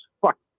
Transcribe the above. fuck